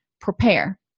prepare